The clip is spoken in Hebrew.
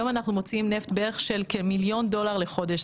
היום אנחנו מוציאים נפט בערך של כמיליון דולר לחודש.